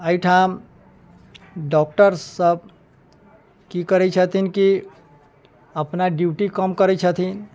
एहिठाम डॉक्टरसभ की करै छथिन कि अपना ड्यूटी कम करै छथिन